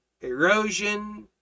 erosion